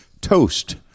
Toast